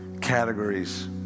categories